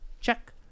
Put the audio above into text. Check